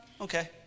Okay